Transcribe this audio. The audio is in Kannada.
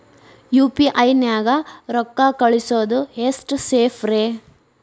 ಯು.ಪಿ.ಐ ನ್ಯಾಗ ರೊಕ್ಕ ಕಳಿಸೋದು ಎಷ್ಟ ಸೇಫ್ ರೇ?